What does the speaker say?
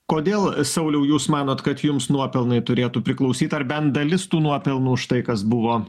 kodėl sauliau jūs manot kad jums nuopelnai turėtų priklausyt ar bent dalis tų nuopelnų už tai kas buvo